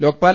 Lokpal